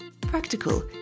practical